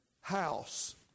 House